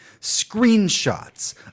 screenshots